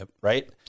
right